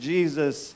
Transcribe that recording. Jesus